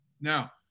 Now